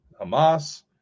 Hamas